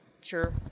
sure